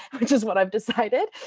which is what i've decided.